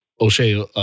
O'Shea